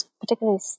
particularly